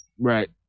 Right